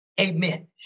Amen